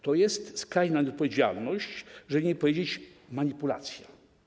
To jest skrajna nieodpowiedzialność, żeby nie powiedzieć: manipulacja.